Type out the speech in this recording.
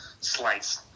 slice